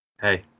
hey